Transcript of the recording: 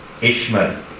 Ishmael